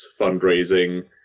fundraising